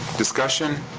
discussion?